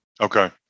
Okay